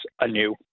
anew